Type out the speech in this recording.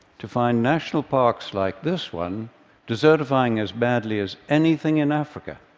to find national parks like this one desertifying as badly as anything in africa.